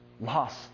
Loss